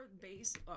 based